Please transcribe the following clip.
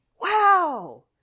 Wow